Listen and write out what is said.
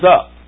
up